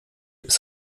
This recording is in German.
ist